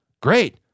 Great